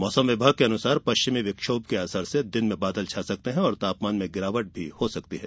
मौसम विभाग के अनुसार पश्चिमी विक्षोभ के असर से दिन में बांदल छा सकते हैं और तापमान में गिरावट भी हो सकती है